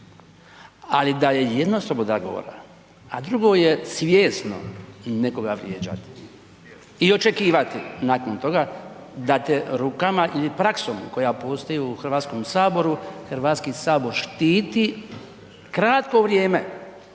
ali da je jedno sloboda govora, a drugo je svjesno nekoga vrijeđati i očekivati nakon toga da te rukama ili praksom koja postoji u HS, HS štiti kratko vrijeme